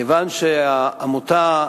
כיוון שהעמותה,